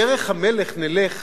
בדרך המלך נלך,